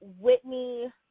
Whitney